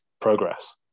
progress